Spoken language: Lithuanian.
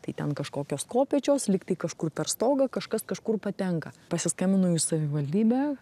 tai ten kažkokios kopėčios lygtai kažkur per stogą kažkas kažkur patenka pasiskambinau į savivaldybę